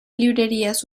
librerías